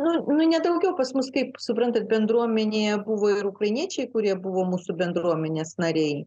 nu ne daugiau pas mus kaip suprantat bendruomenėje buvo ir ukrainiečiai kurie buvo mūsų bendruomenės nariai